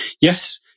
yes